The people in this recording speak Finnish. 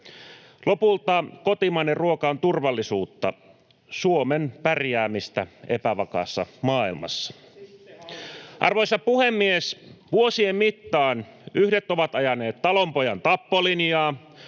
Lopulta kotimainen ruoka on turvallisuutta, Suomen pärjäämistä epävakaassa maailmassa. [Ben Zyskowiczin välihuuto] Arvoisa puhemies! Vuosien mittaan yhdet ovat ajaneet talonpojan tappolinjaa,